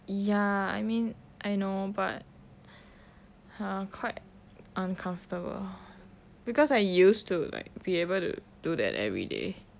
ya I mean I know but !huh! quite uncomfortable because I used to like be able to do that everyday